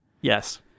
Yes